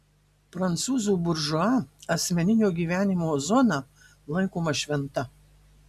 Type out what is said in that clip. prancūzų buržua asmeninio gyvenimo zona laikoma šventa